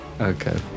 Okay